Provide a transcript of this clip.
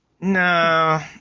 No